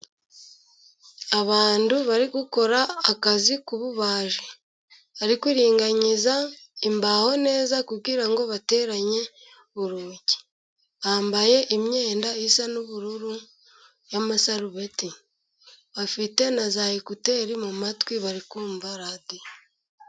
Abantu bari gukora akazi k'ububaji, bari kuringaniza imbaho neza, kugira ngo bateranye urugi. Bambaye imyenda isa n'ubururu y'amasarubeti. Bafite na za ekuteri mu matwi, bari kumva radiyo.